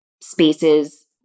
spaces